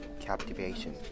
Captivation